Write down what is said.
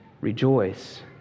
Rejoice